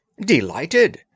Delighted